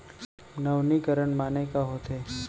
नवीनीकरण माने का होथे?